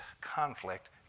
conflict